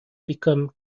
become